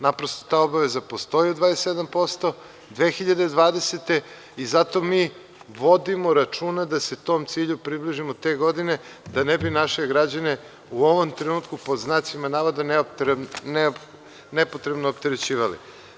Naprosto, ta obaveza postoji od 27% 2020. godine i zato mi vodimo računa da se tom cilju približimo te godine, da ne bi naše građane u ovom trenutku pod „ nepotrebno“ opterećivali.